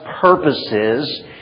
purposes